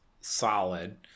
solid